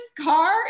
car